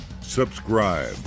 subscribe